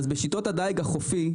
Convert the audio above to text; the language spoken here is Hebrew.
בשיטות הדיג החופי,